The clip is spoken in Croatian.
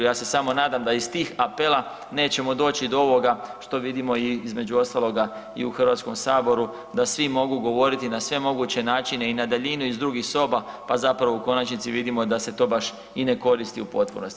Ja se samo nadam da iz tih apela nećemo doći do ovoga što vidimo i između ostaloga i u Hrvatskom saboru da svi mogu govoriti na sve moguće načine i na daljinu i iz drugih soba pa zapravo u konačnici vidimo da se to baš i ne koristi u potpunosti.